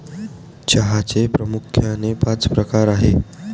चहाचे प्रामुख्याने पाच प्रकार आहेत